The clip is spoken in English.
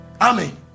Amen